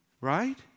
Right